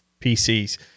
PCs